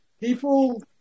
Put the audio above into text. People